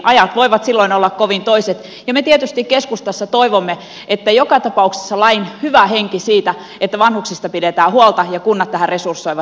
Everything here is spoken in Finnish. ajat voivat silloin olla kovin toiset ja me tietysti keskustassa toivomme että joka tapauksessa toteutuu lain hyvä henki siitä että vanhuksista pidetään huolta ja kunnat tähän resursoivat